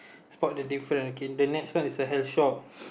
spot the difference okay the next one is a health shop